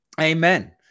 Amen